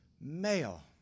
male